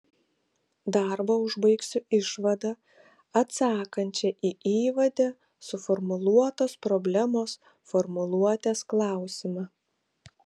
darbą užbaigsiu išvada atsakančia į įvade suformuluotos problemos formuluotės klausimą